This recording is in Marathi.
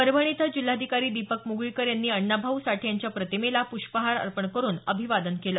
परभणी इथं जिल्हाधिकारी दीपक मुगळीकर यांनी अण्णाभाऊ साठे यांच्या प्रतिमेला प्ष्पहार अर्पण करून अभिवादन केलं